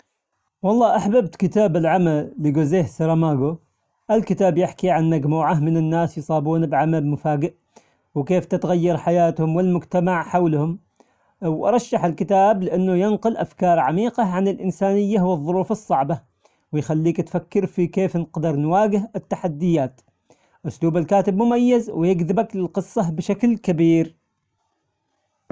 والله أحببت كتاب العمى لجوزيه ساراماغو، الكتاب يحكي عن مجموعة من الناس يصابون بعمى مفاجئ، وكيف تتغير حياتهم والمجتمع حولهم، وأرشح الكتاب لأنه ينقل أفكار عميقة عن الإنسانية والظروف الصعبة، ويخليك تفكر في كيف نقدر نواجه التحديات، أسلوب الكاتب مميز ويجذبك للقصة بشكل كبير.